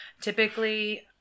Typically